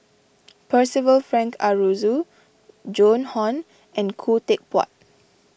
Percival Frank Aroozoo Joan Hon and Khoo Teck Puat